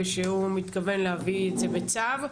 ושהוא מתכוון להביא את זה בצו.